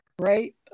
right